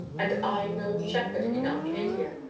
and i no shepherd in arcadia,